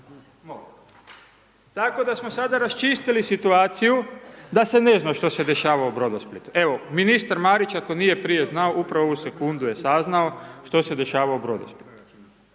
Tako da smo sada raščistili situaciju da se ne zna što se dešava u Brodosplitu, evo ministar Marić ako nije prije znao, upravo je u ovu sekundu saznao što se dešava u Brodosplitu.